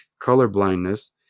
colorblindness